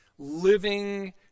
living